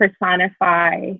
personify